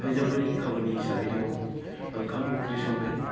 हिन्जावफोरनि खामानि हिसाबै दङ ओंखाम ओंख्रि संनाय